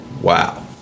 Wow